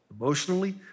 emotionally